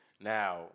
Now